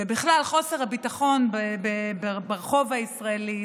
ובכלל חוסר הביטחון ברחוב הישראלי,